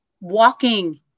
walking